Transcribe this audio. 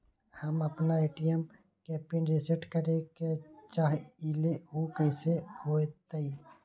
हम अपना ए.टी.एम के पिन रिसेट करे के चाहईले उ कईसे होतई?